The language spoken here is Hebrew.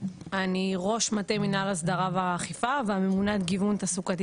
אני ראש מטה מנהל הסדרה והאכיפה והממונה גיוון תעסוקתי